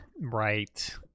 Right